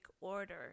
order